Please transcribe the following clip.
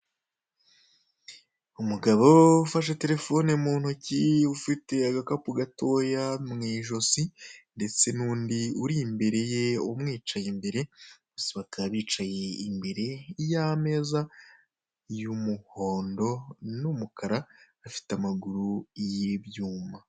Umugabo ufashe telefone mu ntoki, ufite agakapu gatoya mu ijosi ndetse n'undi uri imbere ye umwicaye imbere, bose bakaba bicaye imbere y'ameza y'umuhondo n'umukara gafite amaguru y'ibyuma.